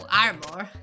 armor